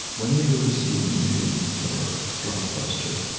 when we go to see the new, whatever, blockbuster,